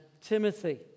Timothy